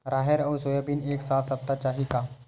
राहेर अउ सोयाबीन एक साथ सप्ता चाही का?